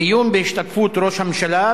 דיון בהשתתפות ראש הממשלה,